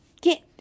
get